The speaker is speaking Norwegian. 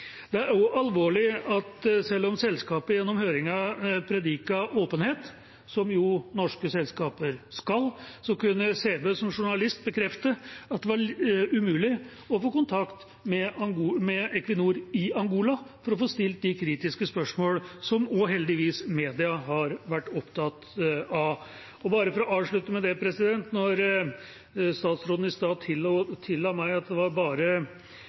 Det er alvorlig. Det er også alvorlig at selv om selskapet gjennom høringen prediket åpenhet, som jo norske selskaper skal, kunne Sæbø som journalist bekrefte at det var umulig å få kontakt med Equinor i Angola for å få stilt dem kritiske spørsmål, noe som heldigvis også media har vært opptatt av. Bare for å avslutte: Da statsråden i stad tilla meg at det bare var